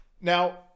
Now